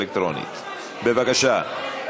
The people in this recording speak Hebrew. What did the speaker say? אלקטרונית, בבקשה.